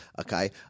Okay